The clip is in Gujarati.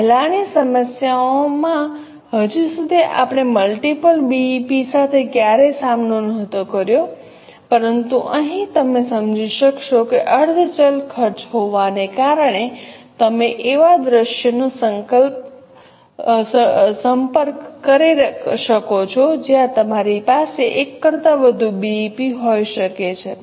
હવે પહેલાની સમસ્યાઓમાં હજી સુધી આપણે મલ્ટીપલ બીઈપી સાથે ક્યારેય સામનો નતો કર્યો પરંતુ અહીં તમે સમજી શકશો કે અર્ધ ચલ ખર્ચ હોવાને કારણે તમે એવા દૃશ્યનો સંપર્ક કરી શકો છો જ્યાં તમારી પાસે 1 કરતાં વધુ બીઇપી હોઈ શકે છે